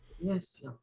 yes